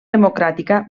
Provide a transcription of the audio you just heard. democràtica